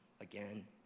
again